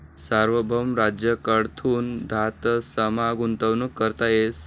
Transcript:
सार्वभौम राज्य कडथून धातसमा गुंतवणूक करता येस